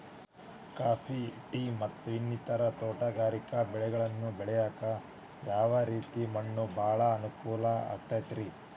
Coffee, tea, ಮತ್ತ ಇನ್ನಿತರ ತೋಟಗಾರಿಕಾ ಬೆಳೆಗಳನ್ನ ಬೆಳೆಯಾಕ ಯಾವ ರೇತಿ ಮಣ್ಣ ಭಾಳ ಅನುಕೂಲ ಆಕ್ತದ್ರಿ?